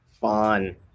Fun